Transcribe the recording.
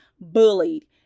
bullied